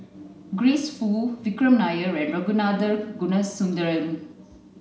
Grace Fu Vikram Nair and Ragunathar